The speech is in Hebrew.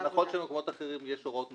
זה נכון שבמקומות אחרים יש הוראות מפורשות.